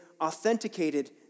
authenticated